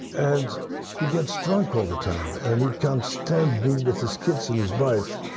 and he gets drunk all the time and he can't stand being with his kids and his wife.